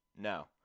No